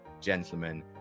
gentlemen